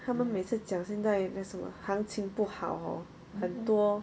他们每次讲现在的什么行情不好 hor 很多